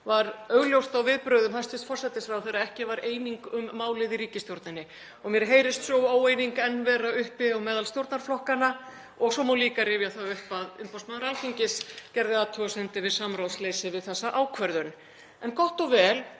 var augljóst af viðbrögðum hæstv. forsætisráðherra að ekki var eining um málið í ríkisstjórninni og mér heyrist sú óeining enn vera uppi meðal stjórnarflokkanna. Svo má líka rifja það upp að umboðsmaður Alþingis gerði athugasemdir við samráðsleysi við þessa ákvörðun. En gott og vel.